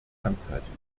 handzeichen